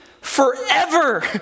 forever